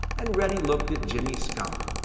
and reddy looked at jimmy skunk,